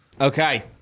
Okay